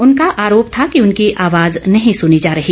उनका आरोप था कि उनकी आवाज नहीं सुनी जा रही